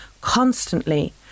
constantly